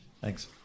Thanks